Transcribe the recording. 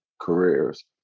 careers